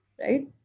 right